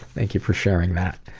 thank you for sharing that.